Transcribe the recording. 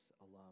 alone